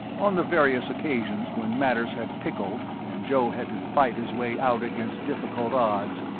on the various occasions when matters had pickled and joe had to fight his way out against difficult odds,